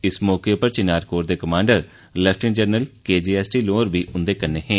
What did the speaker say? इस मौके पर चिनार कोर दे commander lieutenant general K J S Dhillon बी उन्दे कन्नै हे